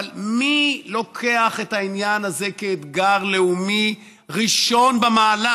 אבל מי לוקח את העניין הזה כאתגר לאומי ראשון במעלה?